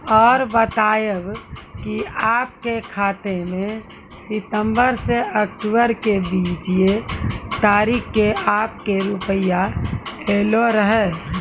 और बतायब के आपके खाते मे सितंबर से अक्टूबर के बीज ये तारीख के आपके के रुपिया येलो रहे?